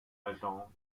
agent